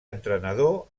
entrenador